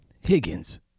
Higgins